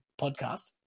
podcast